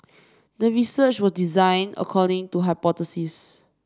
the research was designed according to hypothesis